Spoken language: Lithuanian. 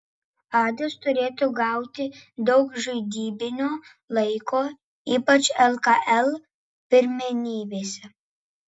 adas turėtų gauti daug žaidybinio laiko ypač lkl pirmenybėse